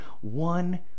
one